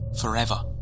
forever